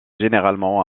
généralement